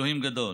אלוהים גדול.